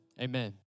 amen